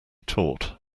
taut